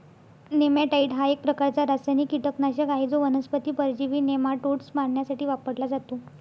नेमॅटाइड हा एक प्रकारचा रासायनिक कीटकनाशक आहे जो वनस्पती परजीवी नेमाटोड्स मारण्यासाठी वापरला जातो